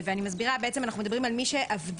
אנחנו מדברים על מי שעבדה,